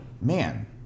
man